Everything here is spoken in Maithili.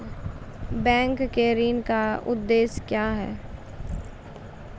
बैंक के ऋण का उद्देश्य क्या हैं?